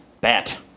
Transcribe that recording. bat